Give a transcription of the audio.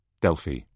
Delphi